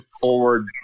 forward